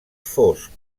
fosc